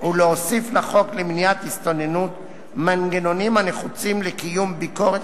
ולהוסיף לחוק למניעת הסתננות מנגנונים הנחוצים לקיום ביקורת